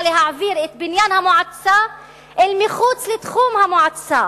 להעביר את בניין המועצה אל מחוץ לתחום המועצה.